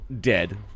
dead